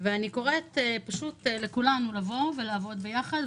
אני קוראת לכולנו לעבוד ביחד.